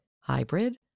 hybrid